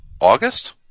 August